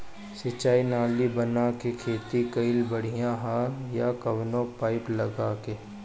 सिंचाई नाली बना के खेती कईल बढ़िया ह या कवनो पाइप लगा के?